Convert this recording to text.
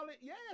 yes